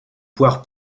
poire